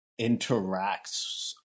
interacts